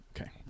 Okay